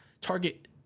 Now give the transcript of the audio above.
target